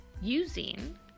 using